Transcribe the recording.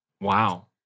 Wow